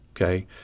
okay